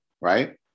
right